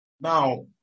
Now